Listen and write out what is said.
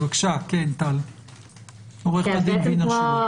בבקשה, עורכת הדין וינר שילה.